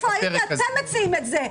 איפה היית כשאתם מציעים את זה?